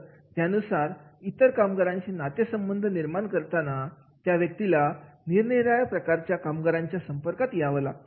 त्यानुसार इतर कामगारांशी नातेसंबंध निर्माण करताना त्या व्यक्तीला निरनिराळ्या प्रकारच्या कामगारांच्या संपर्कात यावं लागतं